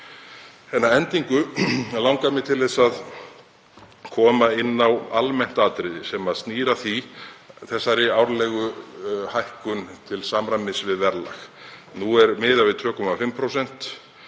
upp. Að endingu langar mig til að koma inn á almennt atriði sem snýr að árlegri hækkun til samræmis við verðlag. Nú er miðað við 2,5%